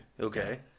Okay